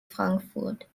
frankfurt